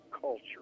culture